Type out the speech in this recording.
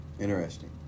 Interesting